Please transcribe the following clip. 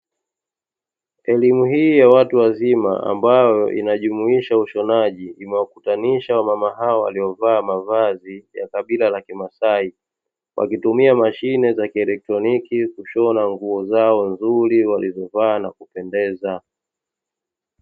Elimu hii ya watu wazima, ambayo inajumuisha ushonaji, imewakutanisha mama hawa walio vaa mavazi ya kabila la kimasai, wakitumia mashine za kielektroniki kushona nguo zao nzuri, walizo vaa na kupendeza.